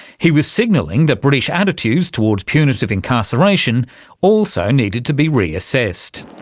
he was signalling that british attitudes toward punitive incarceration also needed to be reassessed.